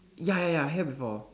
ya ya I hear before